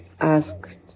asked